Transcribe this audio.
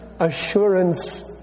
assurance